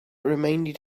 reminded